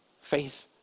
faith